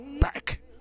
back